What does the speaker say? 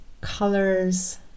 colors